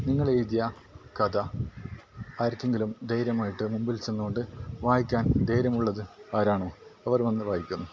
നിങ്ങളെഴുതിയ കഥ ആർക്കെങ്കിലും ധൈര്യമായിട്ട് മുമ്പിൽ ചെന്ന് കൊണ്ട് വായിക്കാൻ ധൈര്യമുള്ളത് ആരാണോ അവർ വന്ന് വായിക്കണം